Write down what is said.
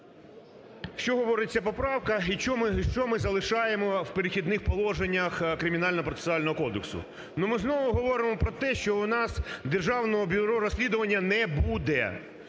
Що говорить ця поправка і що ми залишаємо в "Перехідних положеннях" Кримінально-процесуального кодексу. Ну, можливо, ми говоримо про те, що у нас Державного бюро розслідування не буде,